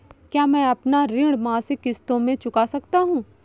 क्या मैं अपना ऋण मासिक किश्तों में चुका सकता हूँ?